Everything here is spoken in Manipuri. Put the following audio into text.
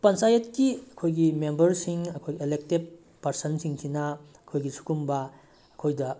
ꯄꯟꯆꯥꯌꯦꯠꯀꯤ ꯑꯩꯈꯣꯏꯒꯤ ꯃꯦꯝꯕꯔꯁꯤꯡ ꯑꯩꯈꯣꯏ ꯏꯂꯦꯛꯇꯦꯠ ꯄꯔꯁꯟꯁꯤꯡꯁꯤꯅ ꯑꯩꯈꯣꯏꯒꯤ ꯁꯤꯒꯨꯝꯕ ꯑꯩꯈꯣꯏꯗ